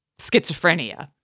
schizophrenia